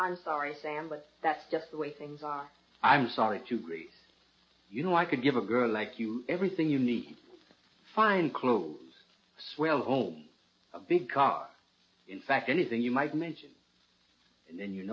i'm sorry sam but that's just the way things are i'm sorry to be you know i could give a girl like you everything you need find clues swell home a big car in fact anything you might mention and then you